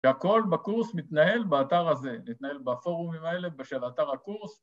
‫שהכול בקורס מתנהל באתר הזה, ‫מתנהל בפורומים האלה של אתר הקורס.